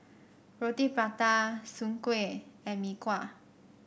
Roti Prata Soon Kueh and Mee Kuah